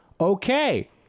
okay